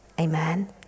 Amen